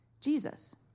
Jesus